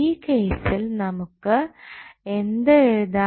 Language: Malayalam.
ഈ കേസിൽ നമുക്ക് എന്ത് എഴുതാം